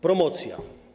Promocja.